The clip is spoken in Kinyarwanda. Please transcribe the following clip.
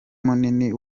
munini